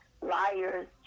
liars